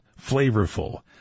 flavorful